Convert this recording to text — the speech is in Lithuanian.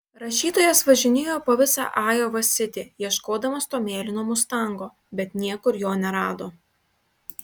rašytojas važinėjo po visą ajova sitį ieškodamas to mėlyno mustango bet niekur jo nerado